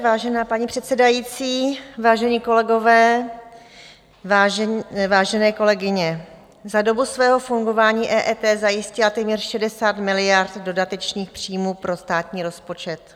Vážená paní předsedající, vážení kolegové, vážené kolegyně, za dobu svého fungování EET zajistila téměř 60 miliard dodatečných příjmů pro státní rozpočet.